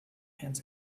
hands